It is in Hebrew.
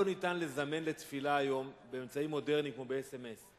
לזמן לתפילה היום באמצעים מודרניים כמו אס.אם.אס?